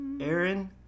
Aaron